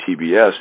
TBS